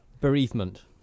bereavement